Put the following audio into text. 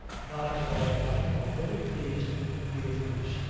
not at all, not at all. very pleased to be of use.